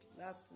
last